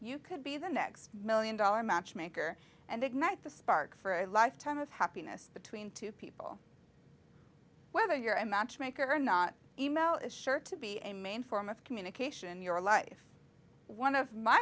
you could be the next million dollar matchmaker and ignite the spark for a lifetime of happiness between two people whether you're a matchmaker or not emo is sure to be a main form of communication your life one of my